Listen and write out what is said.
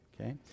Okay